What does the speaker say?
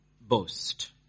boast